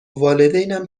والدینم